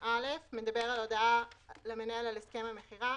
49לב2(א);" הסעיף הזה מדבר על הודעה למנהל על הסכם המכירה.